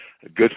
good